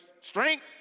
strength